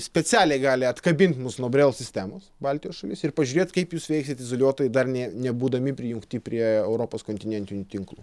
specialiai gali atkabint mus nuo brel sistemos baltijos šalis ir pažiūrėt kaip jūs veiksit izoliuotoj dar ne nebūdami prijungti prie europos kontinentinių tinklų